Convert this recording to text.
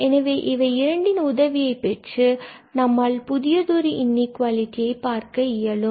எனவே இவை இரண்டின் உதவியைப் பெற்று நம்மால் புதியதொரு இன்இகுவாலிடியை பார்க்க இயலும்